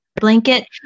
blanket